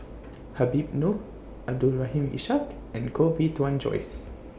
Habib Noh Abdul Rahim Ishak and Koh Bee Tuan Joyce